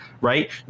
right